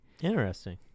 Interesting